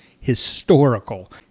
historical